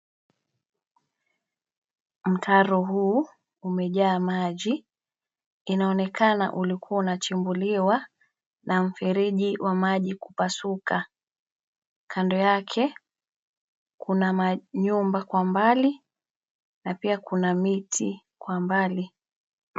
Mtaro huu, umejaa maji inaonekana ulikuwa unachimbuliwa, na mfereji wa maji kupasuka. Kando yake, kuna manyumba kwa mbali, na pia kuna miti kwa mbali.